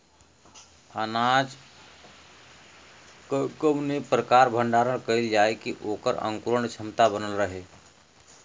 अनाज क कवने प्रकार भण्डारण कइल जाय कि वोकर अंकुरण क्षमता बनल रहे?